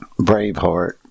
Braveheart